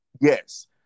Yes